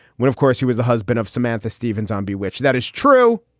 when, of course he was the husband of samantha stevens zombie, which that is true.